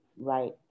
right